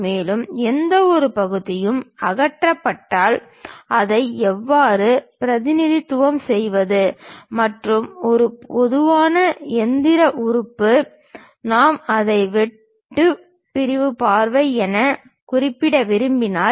மேலும் எந்தவொரு பகுதியும் அகற்றப்பட்டால் அதை எவ்வாறு பிரதிநிதித்துவம் செய்வது மற்றும் ஒரு பொதுவான இயந்திர உறுப்பு நாம் அதை வெட்டு பிரிவு பார்வை என குறிப்பிட விரும்பினால்